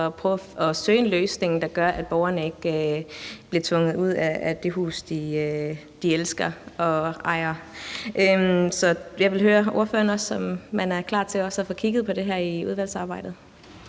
og prøve at finde en løsning, der gør, at borgerne ikke bliver tvunget ud af det hus, de elsker og ejer. Så jeg vil spørge ordføreren, om man er klar til også at få kigget på det her i udvalgsarbejdet.